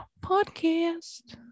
podcast